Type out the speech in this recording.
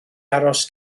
aros